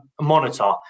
monitor